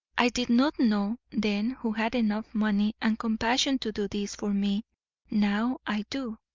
i did not know then who had enough money and compassion to do this for me now i do.